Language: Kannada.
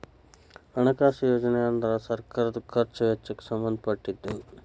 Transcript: ಹಣಕಾಸು ಯೋಜನೆ ಅಂದ್ರ ಸರ್ಕಾರದ್ ಖರ್ಚ್ ವೆಚ್ಚಕ್ಕ್ ಸಂಬಂಧ ಪಟ್ಟಿದ್ದ